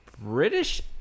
British